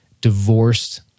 divorced